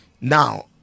now